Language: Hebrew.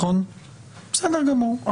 בסדר גמור.